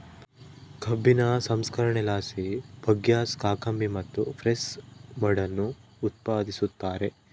ಕಬ್ಬಿನ ಸಂಸ್ಕರಣೆಲಾಸಿ ಬಗ್ಯಾಸ್, ಕಾಕಂಬಿ ಮತ್ತು ಪ್ರೆಸ್ ಮಡ್ ಅನ್ನು ಉತ್ಪಾದಿಸುತ್ತಾರೆ